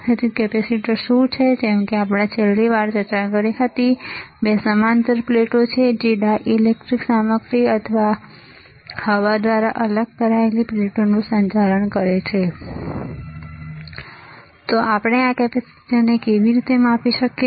તેથી કેપેસિટર શું છે જેમ કે આપણે છેલ્લી વાર ચર્ચા કરી હતી તે બે સમાંતર પ્લેટો છે જે ડાઇલેક્ટ્રિક સામગ્રી અથવા હવા દ્વારા અલગ કરાયેલી પ્લેટોનું સંચાલન કરે છે તો આપણે આ કેપેસિટરને કેવી રીતે માપી શકીએ